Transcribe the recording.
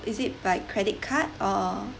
is it by credit card or